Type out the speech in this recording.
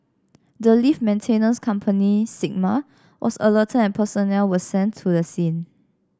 the lift maintenance company Sigma was alerted and personnel were sent to the scene